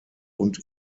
und